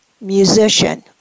musician